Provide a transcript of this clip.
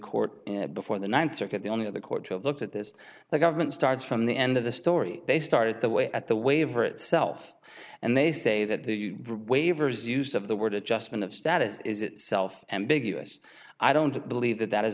court before the ninth circuit the only other courts have looked at this the government starts from the end of the story they started the way at the waiver itself and they say that the waivers use of the word adjustment of status is itself ambiguous i don't believe that that is